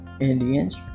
Indians